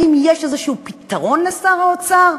האם יש איזה פתרון לשר האוצר?